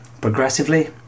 Progressively